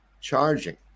charging